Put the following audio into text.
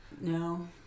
No